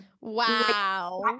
Wow